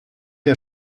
der